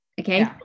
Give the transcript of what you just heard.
okay